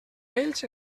ells